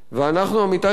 עמיתי חברי הכנסת,